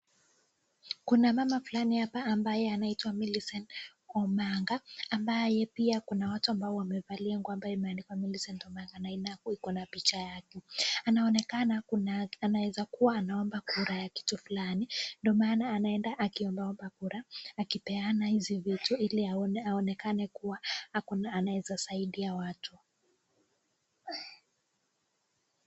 Kuna mama fulani hapa ambaye anaitwa Millicent Omanga, ambaye pia kuna watu ambao wamevalia nguo ambayo imeandikwa Millicent Omanga na iko na picha yake. Anaoneka anaeza kuwa anaomba kura ya kitu fulani ndio maana anaenda akiomba omba kura, akipeana hizi vitu ili aonekane kuwa anaweza saidia watu.